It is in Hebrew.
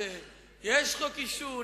המשמר.